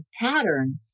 pattern